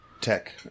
tech